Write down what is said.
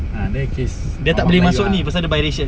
ah dia kes ah mak ayah